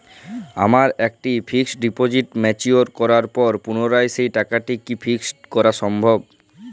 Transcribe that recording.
আমার একটি fixed deposit mature করার পর পুনরায় সেই টাকাটিকে কি ফিক্সড করা সম্ভব?